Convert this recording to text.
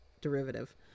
derivative